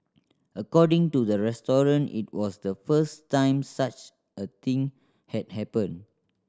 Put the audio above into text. according to the restaurant it was the first time such a thing had happened